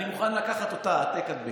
אני מוכן לקחת אותה, העתק-הדבק.